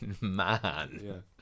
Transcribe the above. man